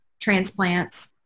transplants